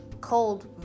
cold